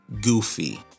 goofy